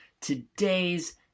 today's